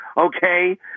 okay